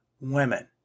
women